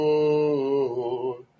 Lord